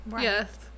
Yes